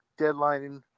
deadlining